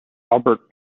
albert